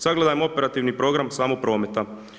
Sagledajmo operativni program samo prometa.